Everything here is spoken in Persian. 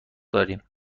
داریم